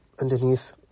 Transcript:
underneath